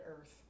Earth